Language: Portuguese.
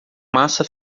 massa